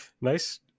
Nice